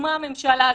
שהוקמה הממשלה הזאת,